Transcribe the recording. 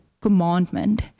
commandment